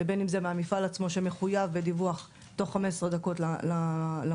לבין אם זה מהמפעל עצמו שמחויב בדיווח תוך 15 דקות למוקד,